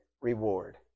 reward